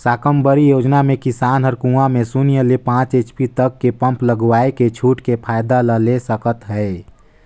साकम्बरी योजना मे किसान हर कुंवा में सून्य ले पाँच एच.पी तक के पम्प लगवायके छूट के फायदा ला ले सकत है